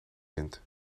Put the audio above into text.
wind